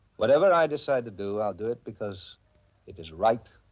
whatever i decide to do, i'll do it because it is right.